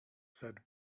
said